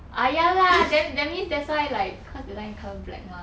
ah ya lah then that means that's why like cause you that time colour black mah